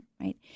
right